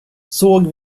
såg